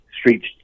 streets